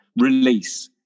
release